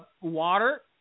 Water